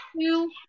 Two